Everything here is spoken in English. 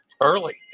early